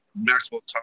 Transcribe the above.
Maxwell